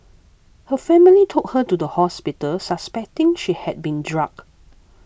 her family took her to the hospital suspecting she had been drugged